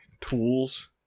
tools